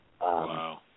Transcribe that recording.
Wow